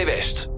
West